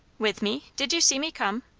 with me? did you see me come?